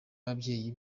ababyeyi